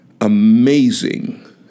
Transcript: amazing